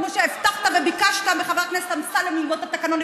כמו שהבטחת וביקשת מחבר הכנסת אמסלם ללמוד את התקנון,